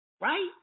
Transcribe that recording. Right